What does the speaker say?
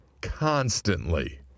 constantly